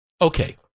Okay